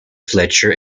fletcher